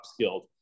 upskilled